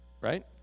Right